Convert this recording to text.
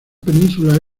península